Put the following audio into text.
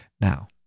Now